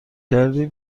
کردی